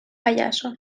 pallasso